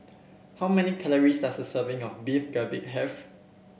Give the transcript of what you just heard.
how many calories does a serving of Beef Galbi have